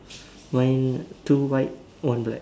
mine two white one black